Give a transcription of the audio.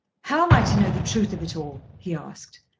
how am i to know the truth of it all? he asked.